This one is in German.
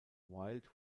wilde